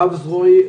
רב זרועי,